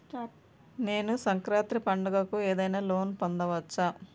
నేను సంక్రాంతి పండగ కు ఏదైనా లోన్ పొందవచ్చా?